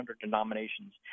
denominations